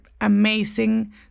amazing